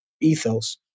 ethos